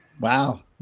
wow